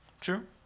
True